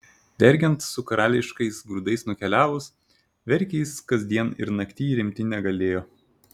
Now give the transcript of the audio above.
dergiant su karališkais grūdais nukeliavus verkė jis kasdien ir naktyj rimti negalėjo